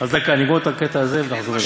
אז דקה, אני אגמור את הקטע הזה ונחזור אליו.